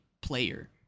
player